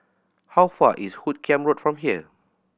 how far is Hoot Kiam Road from here